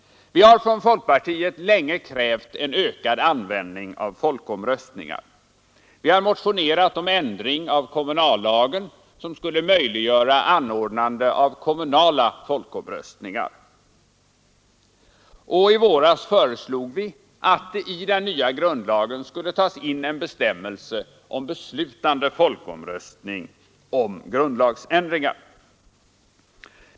Vi har från folkpartiet länge krävt en ökad användning av folkomröstningar. Vi har motionerat om en ändring av kommunallagen som skulle möjliggöra anordnande av kommunala folkomröstningar. I våras föreslog vi att i den nya grundlagen skulle tas in en bestämmelse om beslutande folkomröstning om grundlagsändringar.